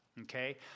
Okay